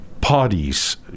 parties